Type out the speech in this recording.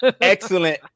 excellent